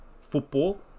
football